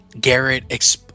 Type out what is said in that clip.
Garrett